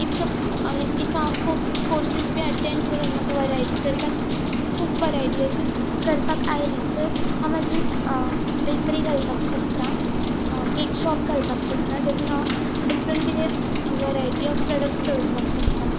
if if हांव खूब courses बी अटेंड करून म्हाका वरायटी करपाक खूब वरायटी अशी करपाक आयले तर हांव म्हाजी बेकरी घालपाक शकता केकशॉप घालपाक शकता जातून हांव डिफरंट कितें वरायटी ऑफ प्रोडक्ट्स दवरपाक शकता